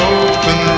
open